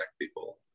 people